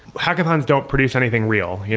hackathons don't produce anything real. yeah